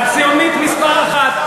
הציונית מספר אחת.